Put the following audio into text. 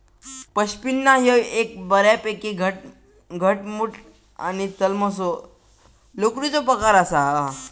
पश्मीना ह्यो एक बऱ्यापैकी घटमुट आणि तलमसो लोकरीचो प्रकार आसा